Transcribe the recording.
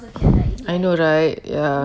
I know right ya